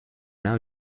now